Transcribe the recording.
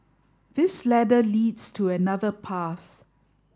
this ladder leads to another path